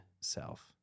self